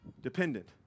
dependent